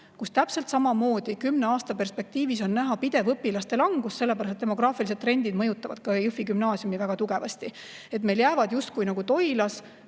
kus täpselt samamoodi kümne aasta perspektiivis on näha pidev õpilaste [arvu] langus, sellepärast et demograafilised trendid mõjutavad ka Jõhvi gümnaasiumi väga tugevasti. Meil jäävad justkui Toilas